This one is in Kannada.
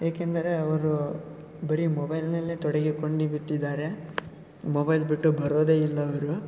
ಏಕೆಂದರೆ ಅವರು ಬರೇ ಮೊಬೈಲ್ನಲ್ಲೇ ತೊಡಗಿಕೊಂಡುಬಿಟ್ಟಿದ್ದಾರೆ ಮೊಬೈಲ್ ಬಿಟ್ಟು ಬರೋದೇ ಇಲ್ಲ ಅವರು